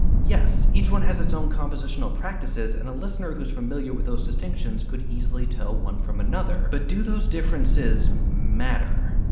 yes. each one has its own compositional practices, and a listener who's familiar with those distinctions could easily tell one from another. but do those differences, matter?